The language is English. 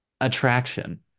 attraction